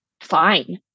fine